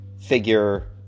figure